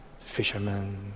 Fishermen